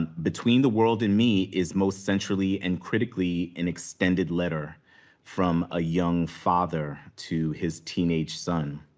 and between the world and me is most centrally, and critically, an extended letter from a young father to his teenage son.